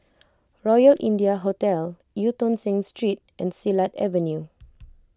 Royal India Hotel Eu Tong Sen Street and Silat Avenue